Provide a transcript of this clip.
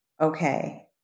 okay